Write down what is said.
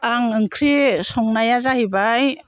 आं ओंख्रि संनाया जाहैबाय